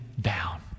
down